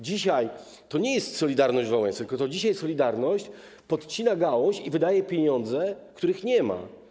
Dzisiaj to nie jest „Solidarność” Wałęsy, tylko to dzisiaj „Solidarność” podcina gałąź i wydaje pieniądze, których nie ma.